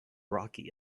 rocky